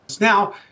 Now